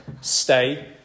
Stay